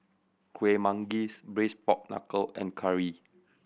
Kueh Manggis Braised Pork Knuckle and curry